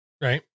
Right